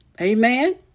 Amen